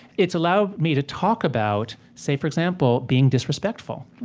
it's allowed me to talk about, say, for example, being disrespectful.